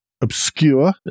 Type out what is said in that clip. obscure